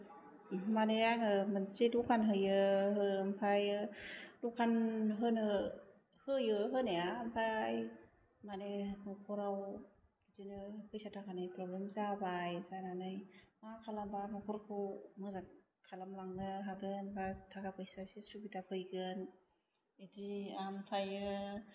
माने आङो मोनसे दखान होयो आमफ्राइ दखान होनो होयो होनाया आमफ्राइ मानि न'खराव बिदिनो फैसा थाखानि प्रब्लेम जाबाय जानानै मा खालामबा न'खरखौ मोजां खालामलांनो हागोन बा थाखा फैसा एसे सुबुदा फैगोन बिदि आमफ्राइयो